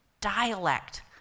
dialect